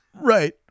Right